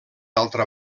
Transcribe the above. altra